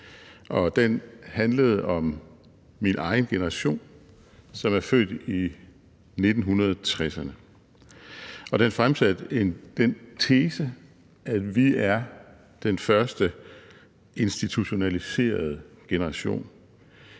den handlede om min egen generation, som er født i 1960'erne, og der fremsatte jeg den tese, at vi er den første institutionaliserede generation,